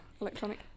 electronic